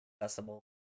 accessible